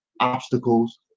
obstacles